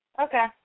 Okay